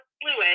fluid